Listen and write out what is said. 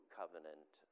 covenant